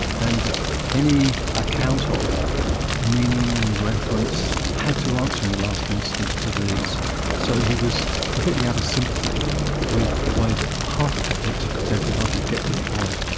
and that any account ah of meaning, reference, had to answer in the last instance to these. so, he was completely out of sympathy with the way that half the techniques of contemporary logic get deployed.